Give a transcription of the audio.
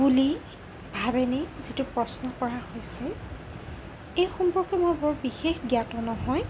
বুলি ভাবেনে যিটো প্ৰশ্ন কৰা হৈছে এই সম্পৰ্কে মই বৰ বিশেষ জ্ঞাত নহয়